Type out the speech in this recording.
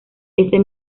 ese